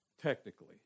technically